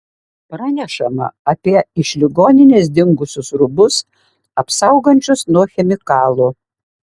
pranešama apie iš ligoninės dingusius rūbus apsaugančius nuo chemikalų